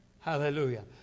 Hallelujah